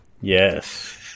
yes